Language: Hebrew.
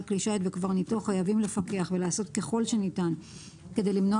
כלי שיט וקברניטו חייבים לפקח ולעשות ככל שניתן כי למנוע